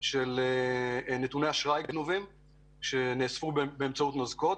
של נתוני אשראי גנובים שנאספו באמצעות ---.